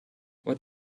what